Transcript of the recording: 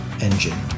engine